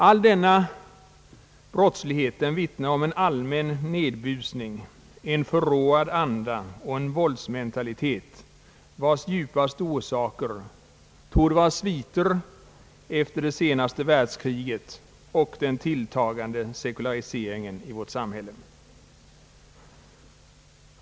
All denna brottslighet vittnar om en allmän nedbusning, en förråad anda och en våldsmentalitet, vars djupaste orsaker torde vara sviter efter det senaste världskriget och den tilltagande sekulariseringen i vårt samhälle.